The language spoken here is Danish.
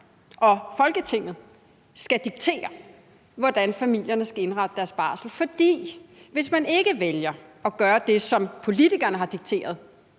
Folketinget skal diktere, hvordan familierne skal indrette deres barsel, for hvis man ikke vælger at gøre det, som politikerne har dikteret,